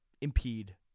impede